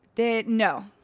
No